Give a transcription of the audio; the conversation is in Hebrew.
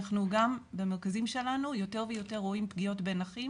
אנחנו גם במרכזים שלנו רואים יותר ויותר בפגיעות בין אחים